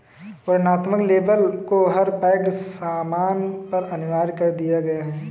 वर्णनात्मक लेबल को हर पैक्ड सामान पर अनिवार्य कर दिया गया है